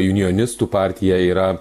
junjonistų partija yra